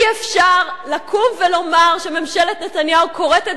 אי-אפשר לקום ולומר שממשלת נתניהו כורתת